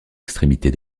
extrémité